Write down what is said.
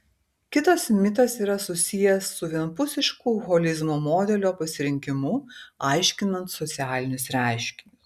kitas mitas yra susijęs su vienpusišku holizmo modelio pasirinkimu aiškinant socialinius reiškinius